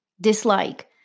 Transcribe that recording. dislike